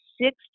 six